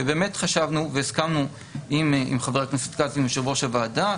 ובאמת חשבנו והסכמנו עם חה"כ כץ ועם יושב-ראש הוועדה,